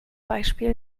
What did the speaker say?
beispiel